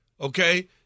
okay